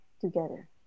together